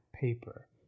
Paper